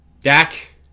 Dak